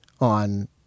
on